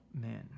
men